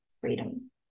freedom